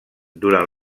durant